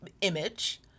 image